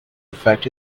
effect